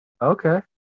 Okay